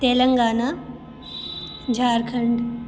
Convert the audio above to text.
Telangana Jharkhand